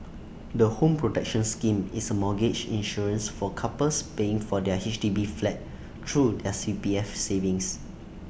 the home protection scheme is A mortgage insurance for couples paying for their H D B flat through their C P F savings